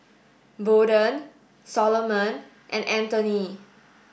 Bolden Solomon and Anthoney